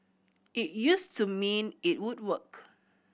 it used to mean it would work